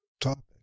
topic